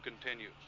continues